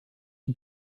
qui